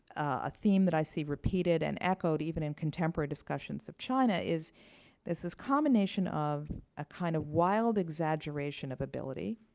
a theme that i see repeated and echoed, even in contemporary discussions of china. there's this this combination of a kind of wild exaggeration of ability